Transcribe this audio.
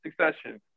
Succession